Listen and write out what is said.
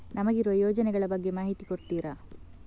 ನಮಗಿರುವ ಯೋಜನೆಗಳ ಬಗ್ಗೆ ಮಾಹಿತಿ ಕೊಡ್ತೀರಾ?